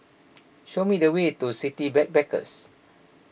show me the way to City Backpackers